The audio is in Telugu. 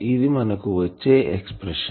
ఇది మనకు వచ్చే ఎక్సప్రెషన్